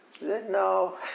No